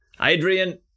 Adrian